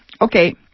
Okay